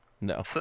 no